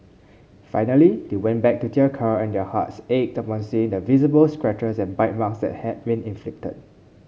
finally they went back to their car and their hearts ached upon seeing the visible scratches and bite marks that had been inflicted